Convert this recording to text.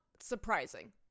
surprising